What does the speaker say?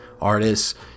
artists